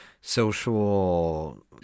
social